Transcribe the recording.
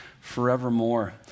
forevermore